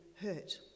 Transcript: hurt